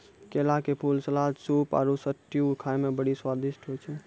केला के फूल, सलाद, सूप आरु स्ट्यू खाए मे बड़ी स्वादिष्ट होय छै